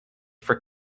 for